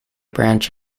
branch